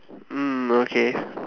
mm okay